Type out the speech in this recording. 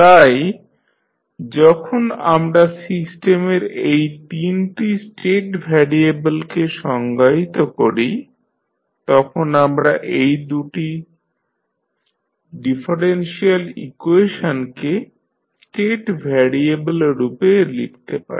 তাই যখন আমরা সিস্টেমের এই 3 টি স্টেট ভ্যারিয়েবলকে সংজ্ঞায়িত করি তখন আমরা এই 2 টি ডিফারেনশিয়াল ইকুয়েশনকে স্টেট ভ্যারিয়েবল রূপে লিখতে পারি